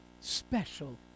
special